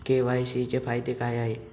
KYC चे फायदे काय आहेत?